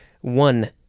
One